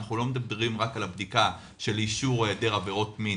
אנחנו לא מדברים רק על הבדיקה של אישור היעדר עבירות מין,